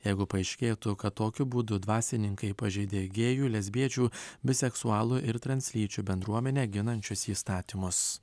jeigu paaiškėtų kad tokiu būdu dvasininkai pažeidė gėjų lesbiečių biseksualų ir translyčių bendruomenę ginančius įstatymus